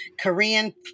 Korean